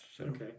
Okay